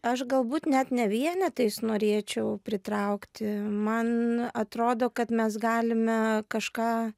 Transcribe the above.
aš galbūt net ne vienetais norėčiau pritraukti man atrodo kad mes galime kažką